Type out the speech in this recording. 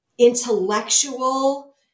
intellectual